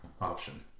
option